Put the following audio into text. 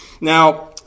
Now